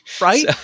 Right